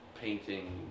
painting